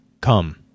Come